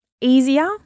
easier